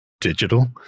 digital